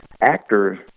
actors